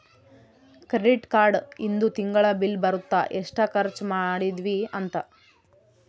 credit card ಇಂದು ತಿಂಗಳ bill ಬರುತ್ತ ಎಸ್ಟ ಖರ್ಚ ಮದಿದ್ವಿ ಅಂತ